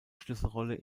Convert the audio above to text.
schlüsselrolle